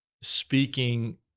speaking